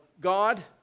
God